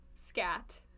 scat